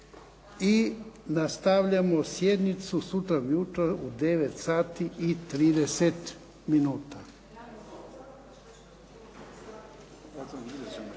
I nastavljamo sjednicu sutra ujutro u 9,30